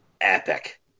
epic